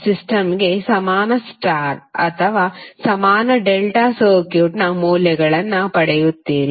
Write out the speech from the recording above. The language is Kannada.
ಮತ್ತು ಸಿಸ್ಟಮ್ಗೆ ಸಮಾನ ಸ್ಟಾರ್ ಅಥವಾ ಸಮಾನ ಡೆಲ್ಟಾ ಸರ್ಕ್ಯೂಟ್ನ ಮೌಲ್ಯಗಳನ್ನು ಪಡೆಯುತ್ತೀರಿ